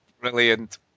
Brilliant